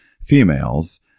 females